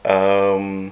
um